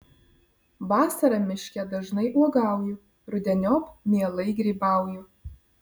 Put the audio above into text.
vasarą miške dažnai uogauju rudeniop mielai grybauju